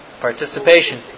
Participation